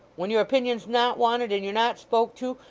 when your opinion's not wanted and you're not spoke to,